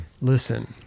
Listen